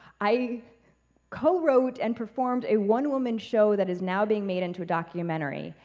i co-wrote and performed a one-woman show that is now being made into a documentary.